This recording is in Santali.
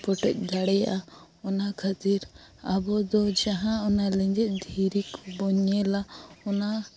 ᱯᱚᱴᱚᱡ ᱫᱟᱲᱮᱭᱟᱜᱼᱟ ᱚᱱᱟ ᱠᱷᱟ ᱛᱤᱨ ᱟᱵᱚ ᱫᱚ ᱡᱟᱦᱟᱸ ᱚᱱᱟ ᱞᱮᱸᱡᱮᱫ ᱫᱷᱤᱨᱤ ᱠᱚᱵᱚᱱ ᱧᱮᱞᱟ ᱚᱱᱟ